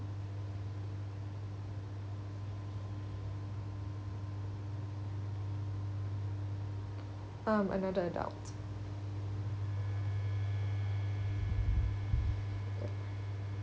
um another adult